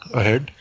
ahead